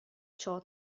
ciò